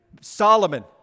Solomon